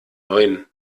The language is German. neuen